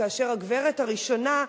כאשר הגברת הראשונה,